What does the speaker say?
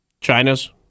China's